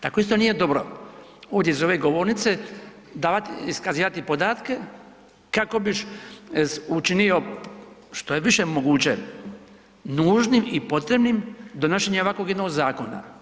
Tako isto nije dobro ovdje s ove govornice davati iskazivati podatke kako bi učinio što je više moguće nužnim i potrebnim donošenjem ovakvog jednog zakona.